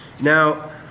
Now